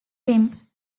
rim